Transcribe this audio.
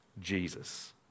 Jesus